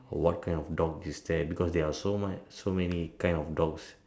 what kind of the dogs is that because there are so much so many kind of dogs